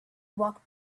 walked